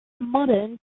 modern